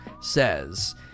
says